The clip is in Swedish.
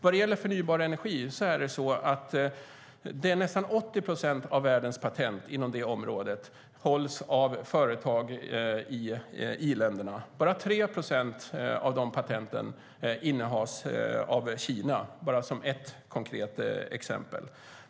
Vad gäller förnybar energi är det nästan 80 procent av världens patent inom det området som innehas av företag i i-länderna. Bara 3 procent av de patenten innehas av Kina, bara som ett konkret exempel.